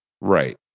Right